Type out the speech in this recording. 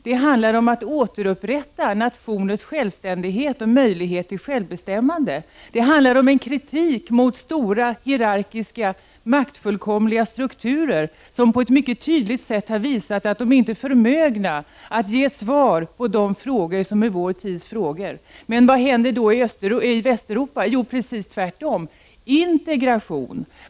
Det handlar om att återupprätta nationers självständighet och möjlighet till självbestämmande. Det handlar om en kritik mot stora hierarkiska, maktfullkomliga strukturer, som på ett mycket tydligt sätt har visat att de inte är förmögna att ge svar på de frågor som är vår tids frågor. Men vad händer i Västeuropa? Jo, motsatsen, nämligen integration.